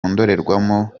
ndorerwamo